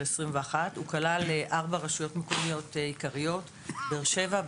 2021 והוא כלל ארבע רשויות מקומיות עיקריות באר שבע,